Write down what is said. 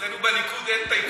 אצלנו בליכוד אין טייקונים כאלה.